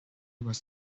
was